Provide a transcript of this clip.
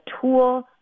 tool